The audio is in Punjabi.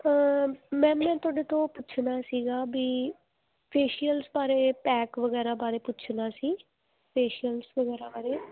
ਮੈਮ ਮੈਂ ਤੁਹਾਡੇ ਤੋਂ ਪੁੱਛਣਾ ਸੀਗਾ ਬੀ ਫੇਸ਼ੀਅਲਸ ਬਾਰੇ ਪੈਕ ਵਗੈਰਾ ਬਾਰੇ ਪੁੱਛਣਾ ਸੀ ਫੇਸ਼ੀਅਲਸ ਵਗੈਰਾ ਬਾਰੇ